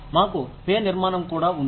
మాకు పే నిర్మాణం కూడా ఉంది